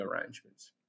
arrangements